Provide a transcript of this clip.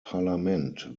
parlament